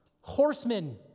Horsemen